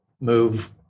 move